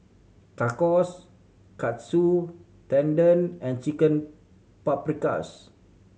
Tacos Katsu Tendon and Chicken Paprikas